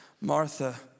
Martha